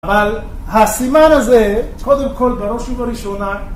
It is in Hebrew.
אבל הסימן הזה, קודם כל בראש ובראשונה